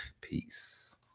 Peace